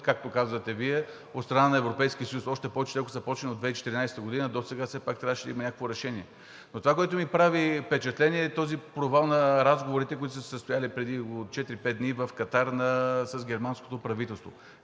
както казвате Вие, от страна на Европейския съюз и още повече, ако те са започнали от 2014 г., досега все пак трябваше да има някакво решение. Това, което ми прави впечатление, е този провал на разговорите, които са се състояли преди 4 – 5 дни в Катар с германското правителство.